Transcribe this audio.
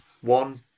one